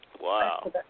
Wow